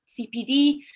CPD